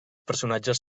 personatges